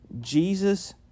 Jesus